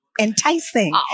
enticing